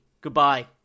Goodbye